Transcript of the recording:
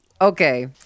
Okay